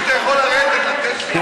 אדוני היושב-ראש, אם אתה יכול לרדת, לתת לי.